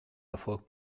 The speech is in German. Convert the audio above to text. erfolg